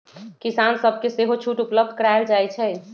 किसान सभके सेहो छुट उपलब्ध करायल जाइ छइ